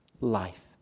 life